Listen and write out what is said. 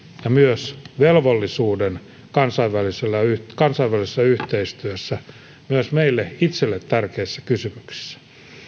ja myös velvollisuuden kansainvälisessä yhteistyössä myös meille itsellemme tärkeissä kysymyksissä